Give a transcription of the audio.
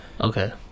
Okay